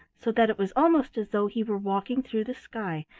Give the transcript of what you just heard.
so that it was almost as though he were walking through the sky,